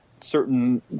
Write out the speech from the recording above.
certain